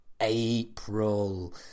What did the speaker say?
April